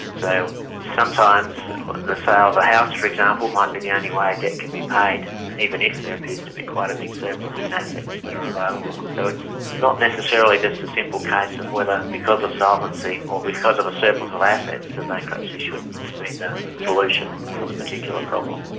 so sometimes the sale of a house, for example, might be the only way a debt can be paid, and even if there appears to be quite a big surplus in assets that are available. so it's not necessarily just a simple case of whether because of solvency or because of a surplus of assets that bankruptcy shouldn't be the solution for the particular problem.